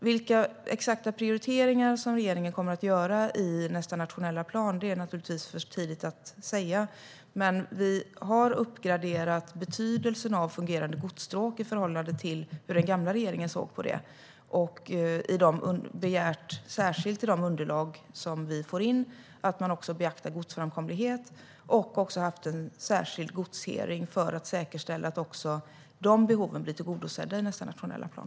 Exakt vilka prioriteringar som regeringen kommer att göra i nästa nationella plan är för tidigt att säga, men vi har uppgraderat betydelsen av fungerande godsstråk i förhållande till hur den gamla regeringen såg på det. I de underlag vi får in har vi särskilt begärt att man också ska beakta godsframkomlighet. Vi har även haft en särskild godshearing för att säkerställa att de behoven blir tillgodosedda i nästa nationella plan.